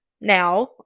now